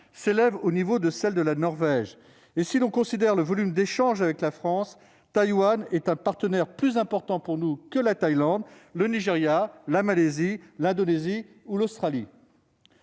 un niveau proche de celles de la Norvège, et, si l'on considère le volume d'échanges avec la France, ce pays est un partenaire plus important pour nous que la Thaïlande, le Nigéria, la Malaisie, l'Indonésie ou l'Australie.